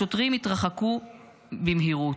השוטרים התרחקו במהירות,